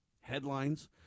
headlines